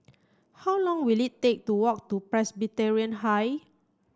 how long will it take to walk to Presbyterian High